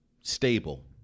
Stable